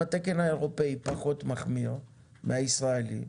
אם התקן האירופאי פחות מחמיר מהישראלי,